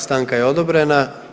Stanka je odobrena.